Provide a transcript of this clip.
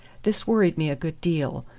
this worried me a good deal,